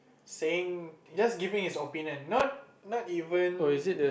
saying just giving his opinion not not even